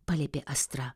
paliepė astra